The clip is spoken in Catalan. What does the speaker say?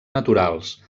naturals